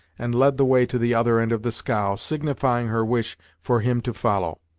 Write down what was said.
and led the way to the other end of the scow, signifying her wish for him to follow.